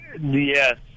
Yes